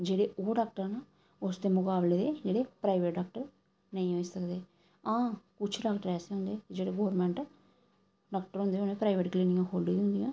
जेह्ड़े ओह् डॉक्टर न उस दे मुकाबले दे जेह्ड़े प्राइवेट डॉक्टर नेईं होई सकदे आं कुछ डॉक्टर ऐसे होंदे जेह्ड़े गौरमेंट डॉक्टर होंदे उ'नें प्राइवेट क्लीनिकां खो'ल्ली दियां होंदियां